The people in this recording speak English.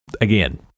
Again